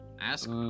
ASK